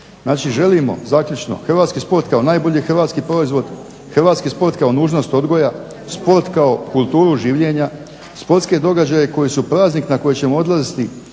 Znači želimo, zaključno, Hrvatski sport kao najbolji hrvatski proizvod, hrvatski sport kao nužnost odgoja, sport kao kulturu življenja, sportske događaje koji su … na koji ćemo odlaziti